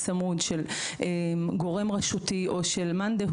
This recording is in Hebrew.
זה הזמן לדבר איתו, הוא לא יכול ללכת לשום מקום.